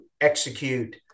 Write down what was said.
execute